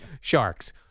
Sharks